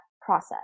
process